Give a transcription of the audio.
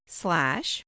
slash